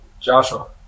Joshua